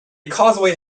causeway